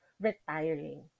retiring